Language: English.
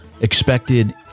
expected